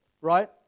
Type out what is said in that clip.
right